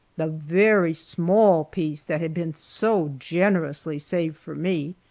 the very small piece that had been so generously saved for me.